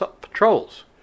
patrols